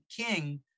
King